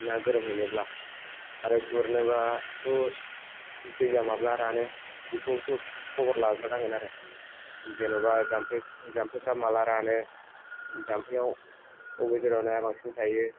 ना गोरोमहैनोब्ला आरो गुरनोबाथ' दैया माब्ला रानो बेखौबो खबर लाग्रोनांगोन आरो जेनेबा जाम्फै जाम्फैफ्रा माला रानो जाम्फैयाव अबे जरायाव नाया बांसिन थायो